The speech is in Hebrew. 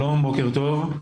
שלום ובוקר טוב.